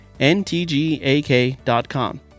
ntgak.com